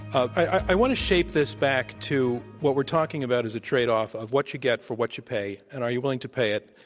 i want to shape this back to what we're talking about as a tradeoff of what you get for what you pay, and are you willing to pay it,